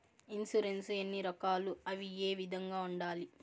insurance ఎన్ని రకాలు అవి ఏ విధంగా ఉండాయి